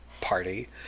Party